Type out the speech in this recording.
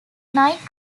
night